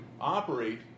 operate